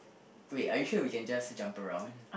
wait are you sure we can just jump around